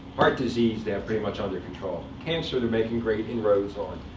heart disease, they have pretty much under control. cancer, they're making great in-roads on.